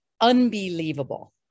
Unbelievable